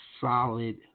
solid